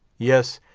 yes,